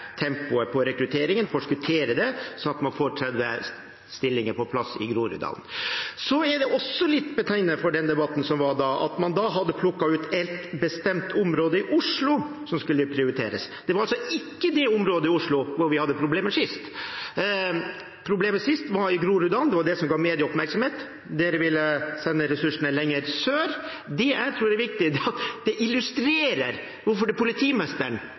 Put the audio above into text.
tempoet på rekrutteringen, forskuttere det, slik at man får 30 stillinger på plass i Groruddalen. Det er også litt betegnende for den debatten som var da, at man hadde plukket ut ett bestemt område i Oslo som skulle prioriteres, og det var altså ikke det området i Oslo hvor vi hadde problemer sist. Problemet sist var i Groruddalen, det var det som ga medieoppmerksomhet. Dere ville sende ressursene lenger sør. Det jeg tror er viktig, er at dette illustrerer hvorfor det er politimesteren